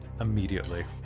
immediately